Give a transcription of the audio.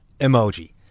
emoji